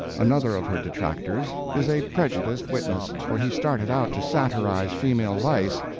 another of her detractors, is a prejudiced witness, for he started out to satirize female vice,